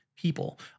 people